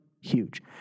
huge